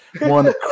one